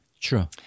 True